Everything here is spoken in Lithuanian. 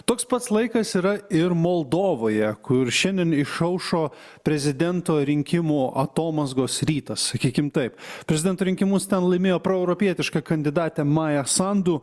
toks pats laikas yra ir moldovoje kur šiandien išaušo prezidento rinkimų atomazgos rytas sakykim taip prezidento rinkimus ten laimėjo proeuropietiška kandidatė maja sandu